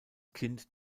kind